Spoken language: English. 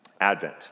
Advent